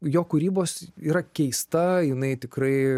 jo kūrybos yra keista jinai tikrai